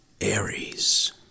Aries